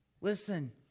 Listen